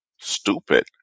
stupid